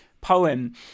poem